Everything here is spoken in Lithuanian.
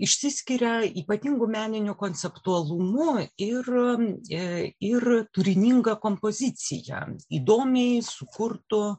išsiskiria ypatingu meniniu konceptualumu ir ir turininga kompozicija įdomiai sukurtu